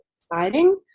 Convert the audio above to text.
exciting